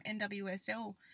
NWSL